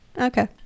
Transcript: okay